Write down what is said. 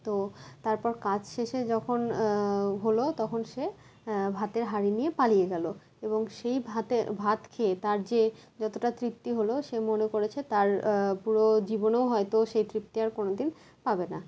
তো তারপর কাজ শেষে যখন হলো তখন সে ভাতের হাঁড়ি নিয়ে পালিয়ে গেল এবং সেই ভাতে ভাত খেয়ে তার যে যতোটা তৃপ্তি হলো সে মনে করেছে তার পুরো জীবনেও হয়তো সেই তৃপ্তি আর কোনো দিন পাবে না